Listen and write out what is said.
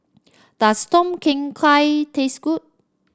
does Tom Kha Gai taste good